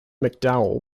mcdowell